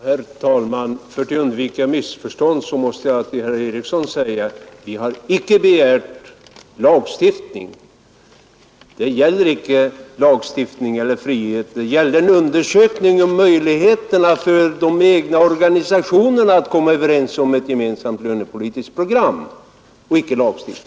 Herr talman! För att undvika missförstånd måste jag till herr Eriksson i Arvika säga: Vi har icke begärt lagstiftning. Det gäller icke lagstiftning eller frihet. Det gäller en undersökning om möjligheterna för de egna organisationerna att komma överens om ett gemensamt lönepolitiskt program och icke lagstiftning.